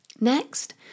Next